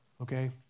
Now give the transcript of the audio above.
Okay